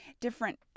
different